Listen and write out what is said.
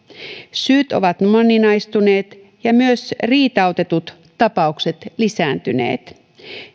syyt ovat moninaistuneet ja myös riitautetut tapaukset lisääntyneet